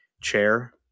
chair